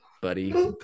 buddy